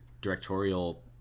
directorial